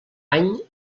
any